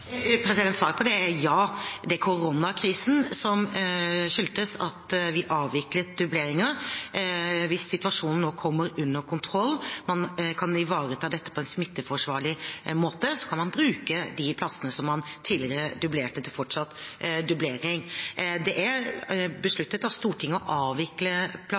Svaret på det er ja. Det er koronakrisen som er årsaken til at vi avviklet dubleringer. Hvis situasjonen nå kommer under kontroll, og man kan ivareta dette på en smitteforsvarlig måte, kan man bruke de plassene som man tidligere dublerte, til fortsatt dublering. Det er besluttet av Stortinget å avvikle